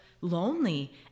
lonely